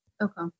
Okay